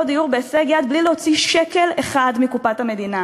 דיור בהישג יד מבלי להוציא שקל אחד מקופת המדינה.